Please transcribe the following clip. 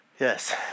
Yes